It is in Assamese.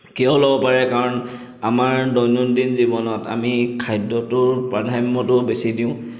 কিয় ল'ব পাৰে কাৰন আমাৰ দৈনন্দিন জীৱনত আমি খাদ্যটো প্ৰাধান্যটো বেছি দিওঁ